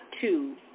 two